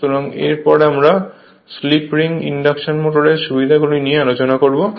সুতরাং এর পরে আমরা স্লিপ রিং ইন্ডাকশন মোটরের সুবিধা গুলি নিয়ে আলোচনা করবো